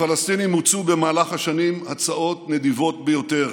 לפלסטינים הוצעו במהלך השנים הצעות נדיבות ביותר